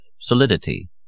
solidity